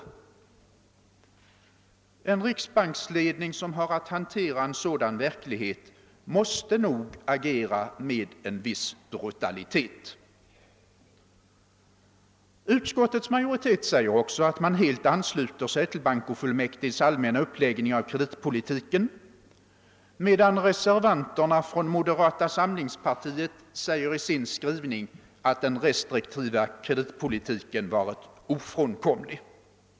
En riksbanksledning som har att hantera en sådan verklighet måste nog agera med en viss brutalitet. Utskottets majoritet säger också att den helt ansluter sig till bankofullmäktiges allmänna uppläggning av kreditpolitiken, medan reservanterna från moderata samlingspartiet i sin skrivning säger att den restriktiva kreditpolitiken varit ofrånkomlig.